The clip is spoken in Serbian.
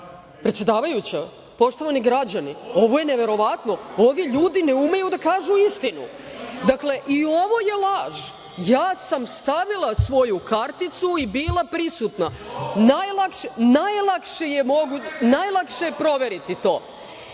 27.Predsedavajuća, poštovani građani, ovo je neverovatno. Ovi ljudi ne umeju da kažu istinu. Dakle, i ovo je laž. Ja sam stavila svoju karticu i bila prisutna. Najlakše je proveriti to.